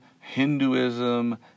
Hinduism